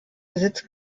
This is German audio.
besitz